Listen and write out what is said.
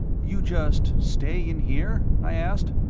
you just stay in here? i asked.